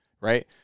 right